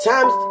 Times